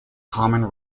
common